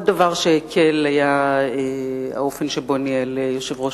עוד נקודת אור היתה האופן שבו ניהל יושב-ראש